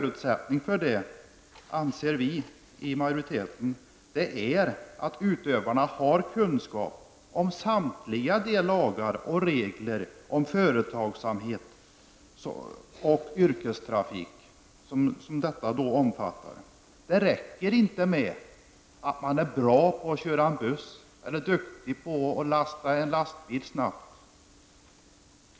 Utskottsmajoriteten anser att en förutsättning för det är att utövarna har kunskap om samtliga lagar och regler om företagsamhet och yrkestrafik. Det räcker inte med att de är bra på att köra buss eller duktiga på att lasta en lastbil snabbt.